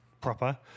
proper